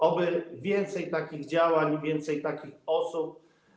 Oby więcej takich działań, więcej takich osób.